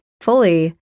fully